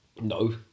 No